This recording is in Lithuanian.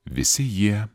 visi jie